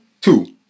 two